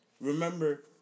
remember